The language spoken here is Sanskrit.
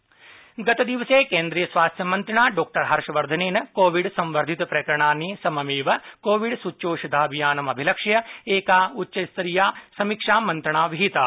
स्वास्थ्य मंत्री गतदिवसे केन्द्रीय स्वास्थ्य मंत्रिणा डॉ हर्षवर्धनेन कोविड संवर्द्धित प्रकरणानि सममेव कोविड स्च्चौषधाभियानम् अभिलक्ष्य एका उच्चतस्तरीया समीक्षामंत्रणा विहिता